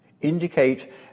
Indicate